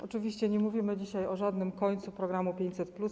Oczywiście nie mówimy dzisiaj o żadnym końcu programu 500+.